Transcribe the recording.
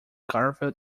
garfield